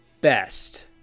best